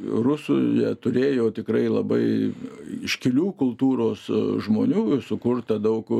rusų jie turėjo tikrai labai iškilių kultūros žmonių sukurta daug